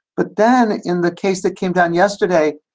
but then in the case that came down yesterday,